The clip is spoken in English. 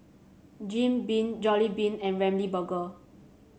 Jim Beam Jollibean and Ramly Burger